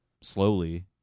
slowly